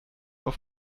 auf